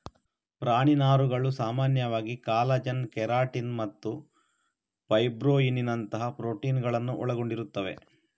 ಪ್ರಾಣಿ ನಾರುಗಳು ಸಾಮಾನ್ಯವಾಗಿ ಕಾಲಜನ್, ಕೆರಾಟಿನ್ ಮತ್ತು ಫೈಬ್ರೊಯಿನ್ನಿನಂತಹ ಪ್ರೋಟೀನುಗಳನ್ನು ಒಳಗೊಂಡಿರುತ್ತವೆ